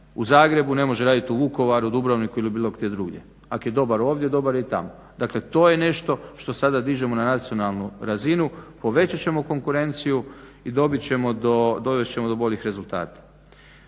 u Zagrebu ne može raditi u Vukovaru, Dubrovniku ili bilo gdje drugdje. Ako je dobar ovdje, dobar je i tamo. Dakle, to je nešto što sada dižemo na nacionalnu razinu. Povećat ćemo konkurenciju i dovest ćemo do boljih rezultata.